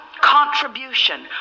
contribution